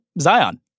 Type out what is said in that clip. Zion